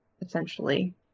essentially